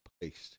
placed